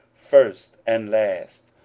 first and last,